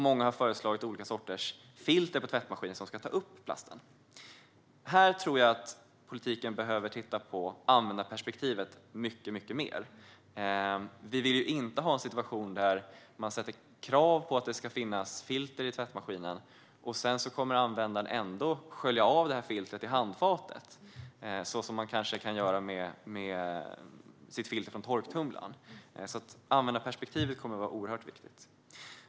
Många har föreslagit olika sorters filter på tvättmaskiner som ska ta upp plasten. Här tror jag att politiken behöver titta på användarperspektivet mycket mer. Vi vill inte ha en situation där man ställer krav på att det ska finnas filter i tvättmaskinerna, men att användaren sedan ändå kommer att skölja ur detta filter i handfatet som man kanske kan göra med filtret från torktumlaren. Användarperspektivet kommer alltså att vara oerhört viktigt.